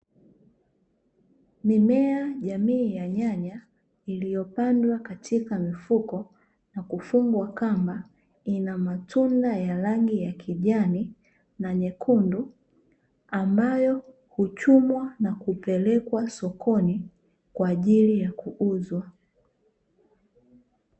Mimea jamii ya nyanya iliyopandwa katika mifuko na kufungwa kamba ina matunda ya rangi ya kijani na nyekundu ambayo huchumwa na kupelekwa sokoni kwa ajili ya kuuzwa.